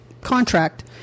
contract